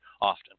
often